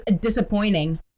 disappointing